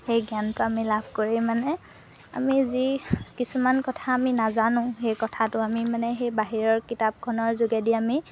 সেই জ্ঞানটো আমি লাভ কৰি মানে আমি যি কিছুমান কথা আমি নাজানো সেই কথাটো আমি মানে সেই বাহিৰৰ কিতাপখনৰ যোগেদি আমি